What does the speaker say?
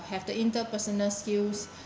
have the interpersonal skills